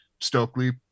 stokely